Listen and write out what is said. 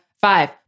five